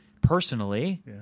personally